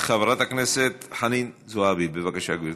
חברת הכנסת חנין זועבי, בבקשה, גברתי.